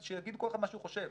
שיגיד כל אחד מה הוא חושב,